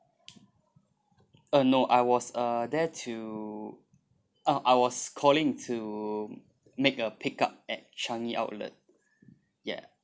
uh no I was uh there to uh I was calling to make a pick up at changi outlet ya